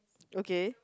okay